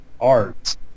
art